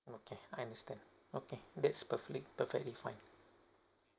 okay I understand okay that's perfectly perfectly fine